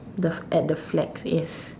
the f~ at the flag yes